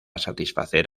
satisfacer